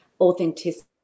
authenticity